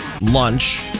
lunch